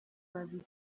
babiri